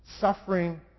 Suffering